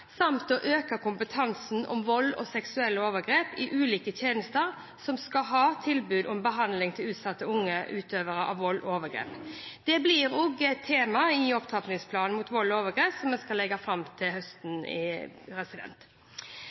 samt å øke kompetansen om vold og seksuelle overgrep i ulike tjenester som skal ha tilbud om behandling til utsatte og unge utøvere av vold og overgrep. Dette blir også et tema i opptrappingsplanen mot vold og overgrep som vi skal legge fram til høsten.